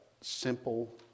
simple